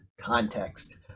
context